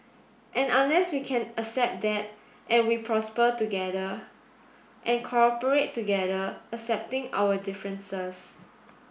and unless we can accept that and we prosper together and cooperate together accepting our differences